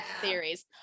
theories